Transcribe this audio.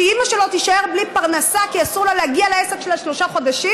שאימא שלו תישאר בלי פרנסה כי אסור לה להגיע לעסק שלה שלושה חודשים,